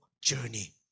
journey